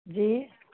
जी